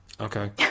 okay